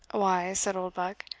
why, said oldbuck,